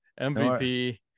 MVP